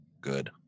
Good